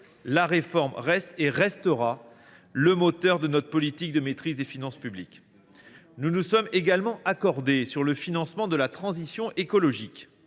La réforme reste et restera le moteur de notre politique de maîtrise des finances publiques. Nous nous sommes également accordés sur le financement de la transition écologique.